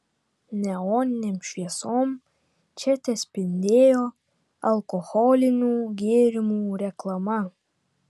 neoninėm šviesom čia tespindėjo alkoholinių gėrimų reklama